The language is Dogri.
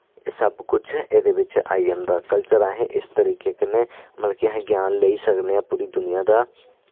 एह् सब कुछ एह्दे बिच आई जंदा कल्चर असें इस तरीके कन्नै मतलब कि असें ज्ञान लेई सकने आं पूरी दुनिया दा